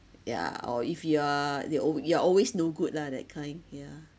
yeah or if you are they alwa~ you are always no good lah that kind yeah